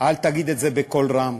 אל תגיד את זה בקול רם,